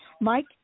Mike